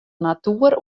natoer